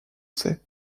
sait